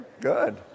good